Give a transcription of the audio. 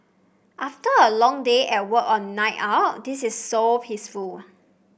after a long day at work or night out this is so peaceful